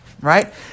right